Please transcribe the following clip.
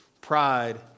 Pride